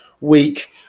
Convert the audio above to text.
week